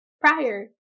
prior